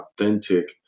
authentic